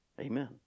Amen